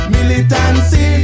Militancy